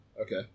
Okay